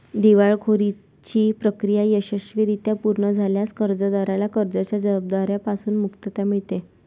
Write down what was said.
दिवाळखोरीची प्रक्रिया यशस्वीरित्या पूर्ण झाल्यास कर्जदाराला कर्जाच्या जबाबदार्या पासून मुक्तता मिळते